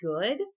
good